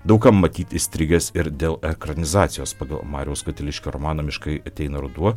daug kam matyt įstrigęs ir dėl ekranizacijos pagal mariaus katiliškio romaną miškai ateina ruduo